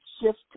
shift